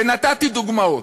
ונתתי דוגמאות,